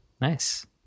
Nice